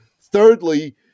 Thirdly